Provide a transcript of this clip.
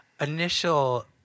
initial